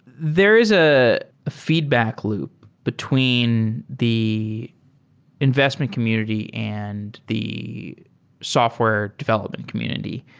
there is a feedback loop between the investment community and the software development community.